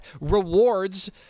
rewards